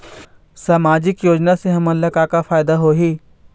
सामाजिक योजना से हमन ला का का फायदा होही?